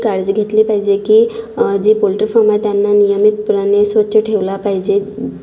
घेतली पाहिजे की जे पोल्ट्री फॉर्म आहेत त्यांना नियमितपणाने स्वच्छ ठेवला पाहिजे